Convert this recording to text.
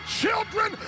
children